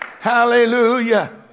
hallelujah